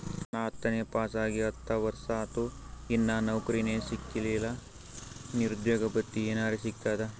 ನಾ ಹತ್ತನೇ ಪಾಸ್ ಆಗಿ ಹತ್ತ ವರ್ಸಾತು, ಇನ್ನಾ ನೌಕ್ರಿನೆ ಸಿಕಿಲ್ಲ, ನಿರುದ್ಯೋಗ ಭತ್ತಿ ಎನೆರೆ ಸಿಗ್ತದಾ?